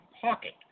pocket